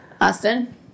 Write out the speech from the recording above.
Austin